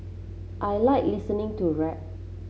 I like listening to rap